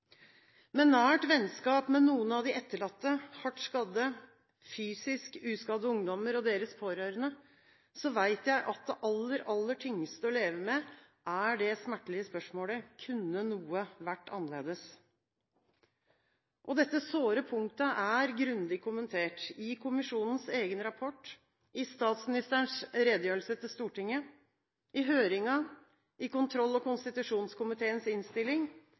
Med nært vennskap med noen av de etterlatte, hardt skadde, fysisk uskadde ungdommer og deres pårørende vet jeg at det aller, aller tyngste å leve med er det smertelige spørsmålet: Kunne noe vært annerledes? Dette såre punktet er grundig kommentert – i kommisjonens egen rapport, i statsministerens redegjørelse til Stortinget, i høringen, i kontroll- og konstitusjonskomiteens innstilling,